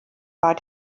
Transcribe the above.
war